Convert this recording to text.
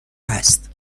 هست